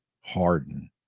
Harden